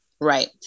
Right